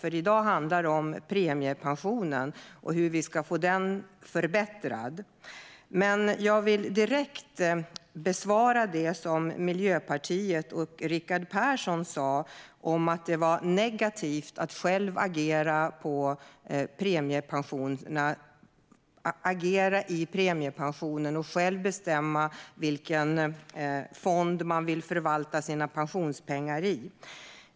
I dag handlar det om premiepensionen och hur vi ska få den förbättrad. Jag vill direkt besvara det som Rickard Persson från Miljöpartiet sa om att det var negativt att själv agera i premiepensionen och själv bestämma vilken fond man vill förvalta sina pensionspengar i.